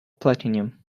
platinum